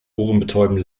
ohrenbetäubend